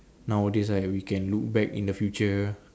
nowadays right we can look back in the future